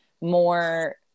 more